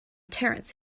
terence